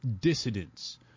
dissidents